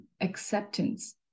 acceptance